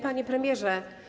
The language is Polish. Panie Premierze!